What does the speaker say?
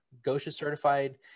Gosha-certified